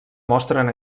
mostren